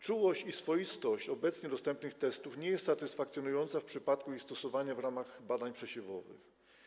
Czułość i swoistość obecnie dostępnych testów nie jest satysfakcjonująca w przypadku stosowania ich w ramach badań przesiewowych.